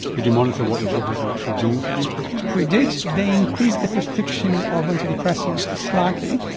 did you monitor what the gps were actually doing for these people? we did. they increased the prescription of anti depressants slightly,